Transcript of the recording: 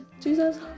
Jesus